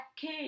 kid